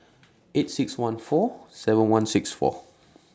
eight six one four seven one six four